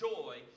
joy